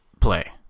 play